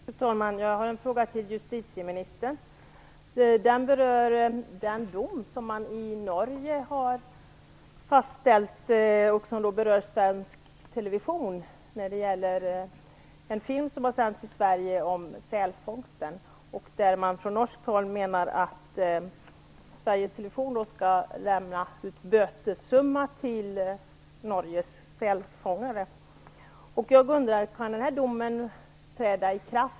Fru talman! Jag har en fråga till justitieministern. Det gäller den dom som man i Norge har fastställt och som berör svensk television. Det gäller en film som sänts i Sverige om sälfångst. Från norskt håll menar man att Sveriges Television skall betala en bötessumma till Norges sälfångare. Kan den domen träda i kraft?